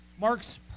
Mark's